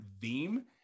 theme